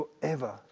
forever